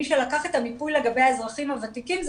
מי שלקח את המיפוי לגבי האזרחים הוותיקים זה